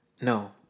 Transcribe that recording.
No